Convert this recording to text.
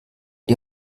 die